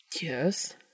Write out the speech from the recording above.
Yes